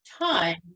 time